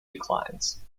declines